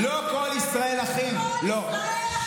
כל ישראל אחים, נרצה